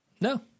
no